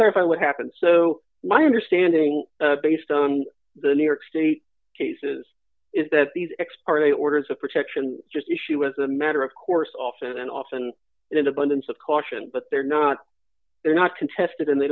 clarify what happened so my understanding based on the new york state cases is that these ex parte orders of protection just issue as a matter of course often and often in an abundance of caution but they're not they're not contested and they